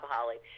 Holly